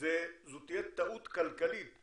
שזו תהיה טעות כלכלית